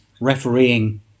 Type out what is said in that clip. Refereeing